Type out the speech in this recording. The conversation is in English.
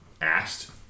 asked